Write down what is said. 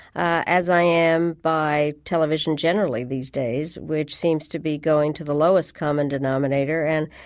as i am by television generally these days, which seems to be going to the lowest common denominator. and,